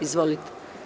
Izvolite.